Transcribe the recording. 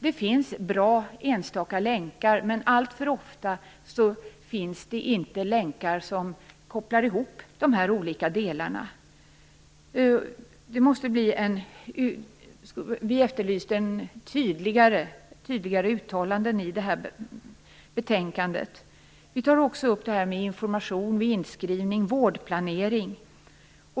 Det finns bra enstaka länkar, men alltför ofta finns det inte länkar som kopplar ihop de olika delarna. Vi efterlyser tydligare uttalanden i det här betänkandet. Vi tar också upp frågan om information vid inskrivning och vårdplanering.